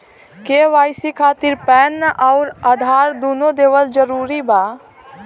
KYC खातिर PAN आउर आधार दुनों देवल जरूरी बा?